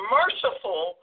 merciful